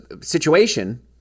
situation